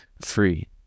free